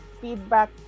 feedback